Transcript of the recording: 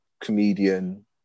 comedian